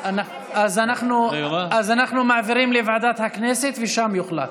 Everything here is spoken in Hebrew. אז אנחנו מעבירים לוועדת הכנסת, ושם יוחלט.